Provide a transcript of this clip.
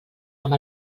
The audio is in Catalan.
amb